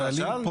יש נהלים,